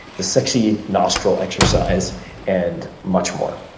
the sexy nostril exercise and much more.